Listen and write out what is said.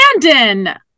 Brandon